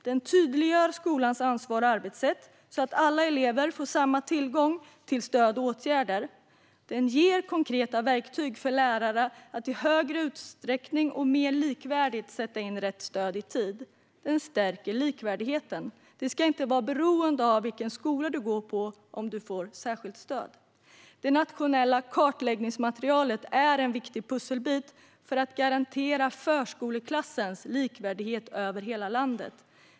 Den tydliggör skolans ansvar och arbetssätt, så att alla elever får samma tillgång till stöd och åtgärder. Den ger konkreta verktyg för lärare att i högre utsträckning och mer likvärdigt sätta in rätt stöd i tid. Den stärker likvärdigheten. Det ska inte vara beroende av vilken skola du går på om du får särskilt stöd. Det nationella kartläggningsmaterialet är en viktig pusselbit för att garantera förskoleklassens likvärdighet över hela landet.